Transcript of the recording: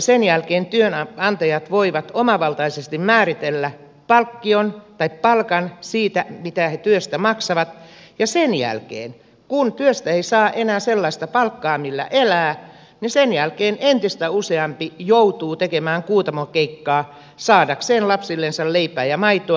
sen jälkeen työnantajat voivat omavaltaisesti määritellä palkkion tai palkan siitä mitä he työstä maksavat ja sen jälkeen kun työstä ei saa enää sellaista palkkaa millä elää entistä useampi joutuu tekemään kuutamokeikkaa saadakseen lapsillensa leipää ja maitoa